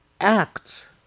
act